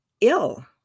ill